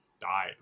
died